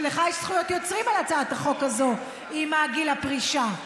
שלך יש זכויות יוצרים על הצעת החוק הזו עם גיל הפרישה.